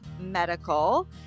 Medical